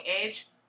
age